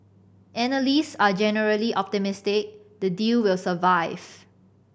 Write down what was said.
analyst are generally optimistic the deal will survive